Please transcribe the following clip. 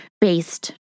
based